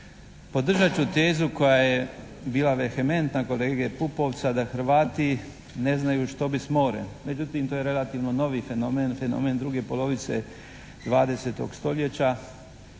Podržat ću tezu koja je bila vehementna kolege Pupovca da Hrvati ne znaju što bi s morem. Međutim to je relativno novi fenomen, fenomen druge polovice 20. stoljeća.